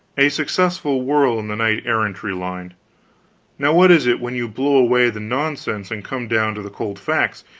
a successful whirl in the knight-errantry line now what is it when you blow away the nonsense and come down to the cold facts?